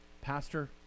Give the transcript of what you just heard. pastor